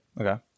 Okay